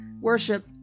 worship